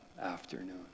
afternoon